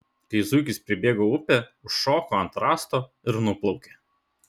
kai zuikis pribėgo upę užšoko ant rąsto ir nuplaukė